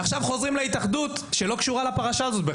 עכשיו חוזרים להתאחדות שלא קשורה לפרשה הזאת.